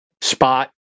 spot